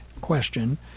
question